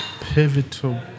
pivotal